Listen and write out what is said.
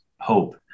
hope